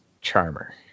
Charmer